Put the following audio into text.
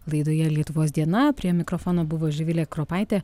laidoje lietuvos diena prie mikrofono buvo živilė kropaitė